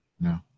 no